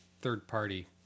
third-party